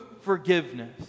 forgiveness